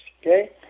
okay